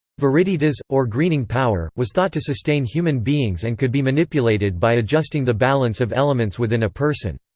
viriditas, or greening power, was thought to sustain human beings and could be manipulated by adjusting the balance of elements within a person.